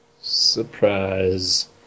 surprise